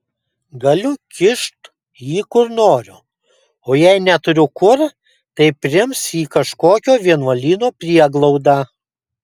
galiu kišt jį kur noriu o jei neturiu kur tai priims į kažkokio vienuolyno prieglaudą